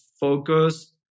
focus